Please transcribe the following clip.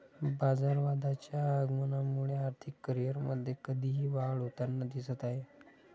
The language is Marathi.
बाजारवादाच्या आगमनामुळे आर्थिक करिअरमध्ये कधीही वाढ होताना दिसत आहे